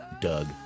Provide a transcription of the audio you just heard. Doug